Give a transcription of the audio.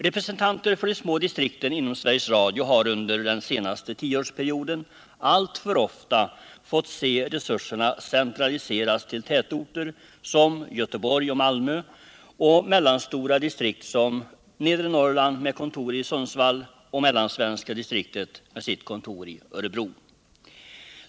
Representanter för de små distrikten inom Sveriges Radio har under den senaste tioårsperioden alltför ofta fått se resurserna centraliseras till tätorter som Göteborg och Malmö och mellanstora distrikt som nedre Norrland med kontor i Sundsvall och mellansvenska distriktet med kontor i Örebro.